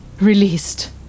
released